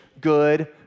good